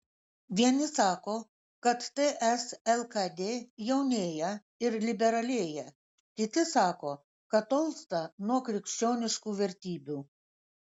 vieni sako kad ts lkd jaunėja ir liberalėja kiti sako kad tolsta nuo krikščioniškų vertybių